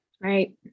right